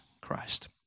Christ